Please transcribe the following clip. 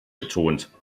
betont